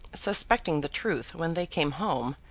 suspecting the truth when they came home,